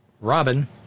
Robin